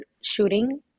shooting